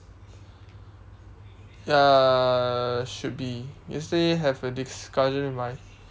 ya should be yesterday have a discussion with my